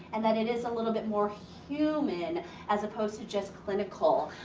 and that it is a little bit more human as opposed to just clinical.